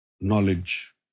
knowledge